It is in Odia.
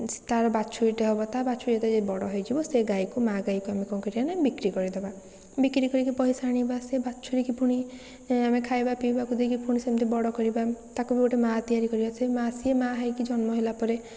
ତା ବାଛୁରୀଟେ ହେବ ତା' ବାଛୁରୀ ଯେତେବେଳେ ଯାଇ ବଡ଼ ହେଇଯିବ ସେ ଗାଈକୁ ମା' ଗାଈକୁ ଆମେ କ'ଣ କରିବା ନା ବିକ୍ରି କରିଦେବା ବିକ୍ରି କରିକି ପଇସା ଆଣିବା ସେ ବାଛୁରୀକି ପୁଣି ଆମେ ଖାଇବା ପିଇବାକୁ ଦେଇକି ଫୁଣି ସେମିତି ଆମେ ବଡ଼ କରିବା ତାକୁ ବି ଗୋଟେ ମା' ତିଆରି କରିବା ସେ ମା' ସିଏ ମା' ହେଇକି ଜନ୍ମ ହେଲାପରେ